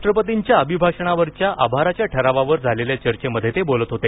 राष्ट्रपतींच्या अभिभाषणावरच्या आभाराच्या ठरावावर झालेल्या चर्चेमध्ये ते बोलत होते